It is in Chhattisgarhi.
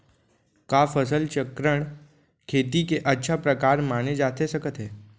का फसल चक्रण, खेती के अच्छा प्रकार माने जाथे सकत हे?